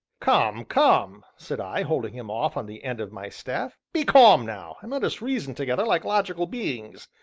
come, come, said i, holding him off on the end of my staff, be calm now, and let us reason together like logical beings.